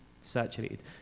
saturated